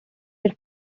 had